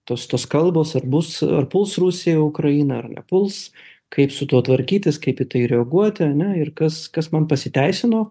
tos tos kalbos ar bus ar puls rusija ukrainą ar nepuls kaip su tuo tvarkytis kaip į tai reaguoti ir kas kas man pasiteisino